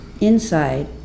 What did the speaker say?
Inside